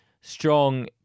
strong